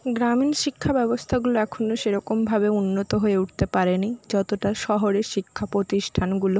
গ্রামীণ শিক্ষাব্যবস্থাগুলো এখনো সেরকমভাবে উন্নত হয়ে উঠতে পারে নি যতোটা শহরের শিক্ষাপ্রতিষ্ঠানগুলো